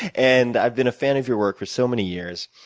and i've been a fan of your work for so many years.